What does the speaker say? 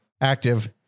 active